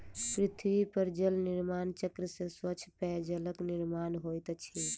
पृथ्वी पर जल निर्माण चक्र से स्वच्छ पेयजलक निर्माण होइत अछि